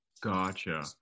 gotcha